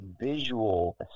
visual